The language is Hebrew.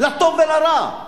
לטוב ולרע,